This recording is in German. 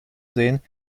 sehen